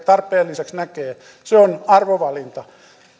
tarpeelliseksi näkee on arvovalinta